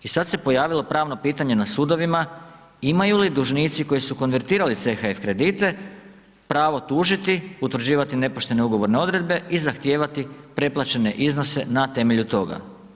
I sada se pojavilo pravno pitanje na sudovima, imaju li dužnici, koji su konvertirali CHF kredite, pravo tužiti, utvrđivati nepoštene ugovorne odredbe i zahtijevati preplaćene iznose na temelju toga?